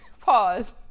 pause